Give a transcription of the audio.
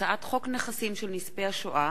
הצעת חוק נכסים של נספי השואה